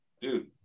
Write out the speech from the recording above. Dude